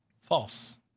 False